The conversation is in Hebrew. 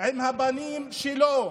עם הבנים שלו,